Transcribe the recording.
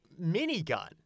minigun